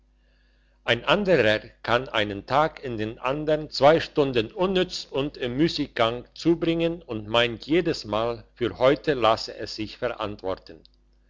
ein anderer kann einen tag in den andern zwei stunden unnütz und im müssiggang zubringen und meint jedesmal für heute lasse es sich verantworten